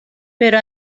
però